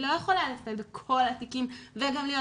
היא לא יכולה לטפל בכל התיקים וגם להיות